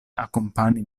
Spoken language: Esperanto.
akompani